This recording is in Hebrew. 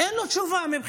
אין לו תשובה, מבחינתי.